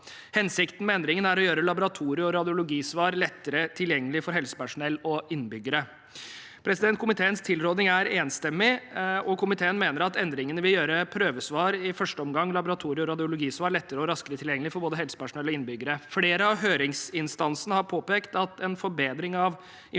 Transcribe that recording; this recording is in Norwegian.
Hensikten med endringene er å gjøre laboratorie- og radiologisvar lettere tilgjengelig for helsepersonell og innbyggere. Komiteens tilråding er enstemmig, og komiteen mener at endringene vil gjøre prøvesvar – i første omgang laboratorie- og radiologisvar – lettere og raskere tilgjengelig for både helsepersonell og innbyggere. Flere av høringsinstansene har påpekt at en forbedring av informasjonsutvekslingen